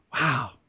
Wow